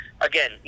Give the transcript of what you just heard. again